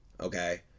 okay